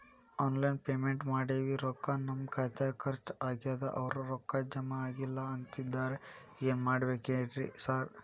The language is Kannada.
ಆನ್ಲೈನ್ ಪೇಮೆಂಟ್ ಮಾಡೇವಿ ರೊಕ್ಕಾ ನಮ್ ಖಾತ್ಯಾಗ ಖರ್ಚ್ ಆಗ್ಯಾದ ಅವ್ರ್ ರೊಕ್ಕ ಜಮಾ ಆಗಿಲ್ಲ ಅಂತಿದ್ದಾರ ಏನ್ ಮಾಡ್ಬೇಕ್ರಿ ಸರ್?